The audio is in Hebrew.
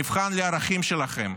המבחן לערכים שלכם,